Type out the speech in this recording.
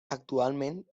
actualment